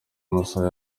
amasaha